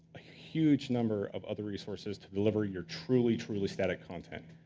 a huge number of other resources to deliver your truly, truly static content.